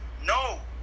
No